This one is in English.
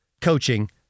coaching